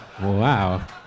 Wow